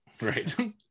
Right